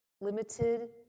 limited